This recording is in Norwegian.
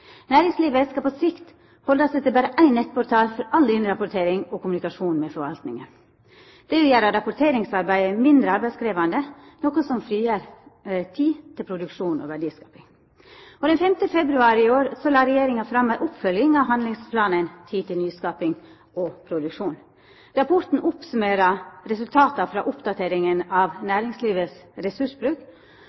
Næringslivet skal på sikt halda seg til berre ein nettportal for all innrapportering og kommunikasjon med forvaltinga. Det vil gjera rapporteringsarbeidet mindre arbeidskrevjande, noko som frigjer tid til produksjon og verdiskaping. Den 5. februar i år la Regjeringa fram ei oppfølging av handlingsplanen Tid til nyskaping og produksjon. Rapporten oppsummerer resultata frå oppdateringa av næringslivets ressursbruk,